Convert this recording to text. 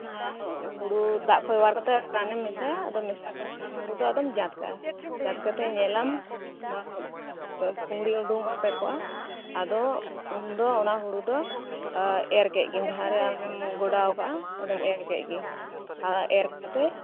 ᱚᱱᱟ ᱦᱩᱲᱩ ᱫᱟᱜ ᱠᱷᱚᱡ ᱚᱣᱟᱨ ᱠᱟᱛᱮᱜ ᱨᱟᱱᱮᱢ ᱢᱮᱥᱟ ᱭᱟ ᱟᱫᱚ ᱢᱮᱥᱟ ᱠᱟᱛᱮᱜ ᱚᱱᱟ ᱦᱩᱲᱩ ᱫᱚ ᱟᱫᱚᱢ ᱡᱟᱛ ᱠᱟᱜᱼᱟ ᱡᱟᱛ ᱠᱟᱛᱮᱜ ᱧᱮᱞᱟᱢ ᱟᱨ ᱯᱩᱸᱲ ᱜᱮ ᱩᱰᱩᱠᱚᱜᱼᱟ ᱯᱮᱸᱠᱚᱜᱼᱟ ᱟᱫᱚ ᱩᱱ ᱫᱚ ᱚᱱᱟ ᱦᱩᱲᱩ ᱫᱚ ᱟᱫᱚ ᱮᱨ ᱠᱮᱜ ᱜᱮ ᱡᱟᱦᱟᱸᱨᱮ ᱟᱢᱮᱢ ᱜᱚᱰᱟᱣ ᱠᱟᱜᱼᱟ ᱚᱸᱰᱮᱢ ᱮᱨ ᱠᱟᱜ ᱜᱮ ᱟᱨ ᱮᱨ ᱠᱟᱛᱮᱜ